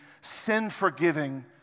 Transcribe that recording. sin-forgiving